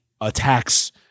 attacks